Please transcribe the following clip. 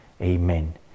Amen